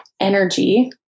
energy